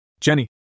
Jenny